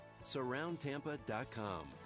SurroundTampa.com